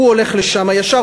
הוא הולך לשם ישר,